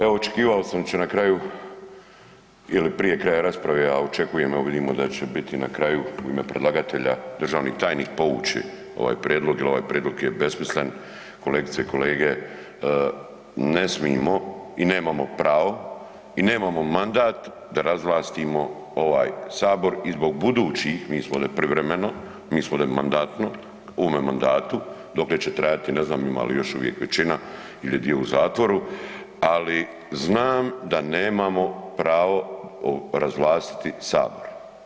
Evo očekivao sam da će na kraju ili prije kraja, a očekujem, evo vidimo da će biti na kraju u ime predlagatelja, državni tajnik, povući ovaj prijedlog jer ovaj prijedlog je besmislen, kolegice i kolege, ne smijemo i nemamo pravo i nemamo mandat da razvlastimo ovaj Sabor i zbog budućih, mi smo ovdje privremeno, mi smo ovdje mandatno, u ovome mandatu, dokle će trajati, ne znam ima li još uvijek većina ili je dio u zatvoru ali znam da nemamo pravo razvlastiti Sabor.